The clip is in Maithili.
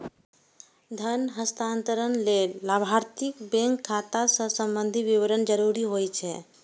धन हस्तांतरण लेल लाभार्थीक बैंक खाता सं संबंधी विवरण जरूरी होइ छै